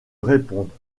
répondent